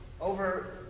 over